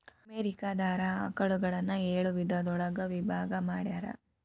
America ದಾರ ಆಕಳುಗಳನ್ನ ಏಳ ವಿಧದೊಳಗ ವಿಭಾಗಾ ಮಾಡ್ಯಾರ